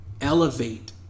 elevate